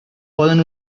poden